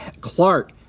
Clark